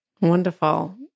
Wonderful